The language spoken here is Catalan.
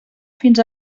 fins